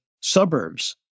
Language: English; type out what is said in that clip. suburbs